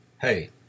hey